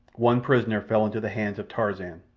one prisoner fell into the hands of tarzan,